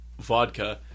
vodka